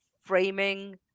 framing